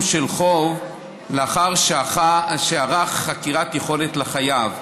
של חוב לאחר שערך חקירת יכולת לחייב,